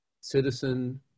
citizen